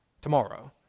tomorrow